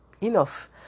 enough